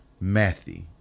Matthew